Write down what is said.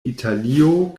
italio